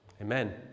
Amen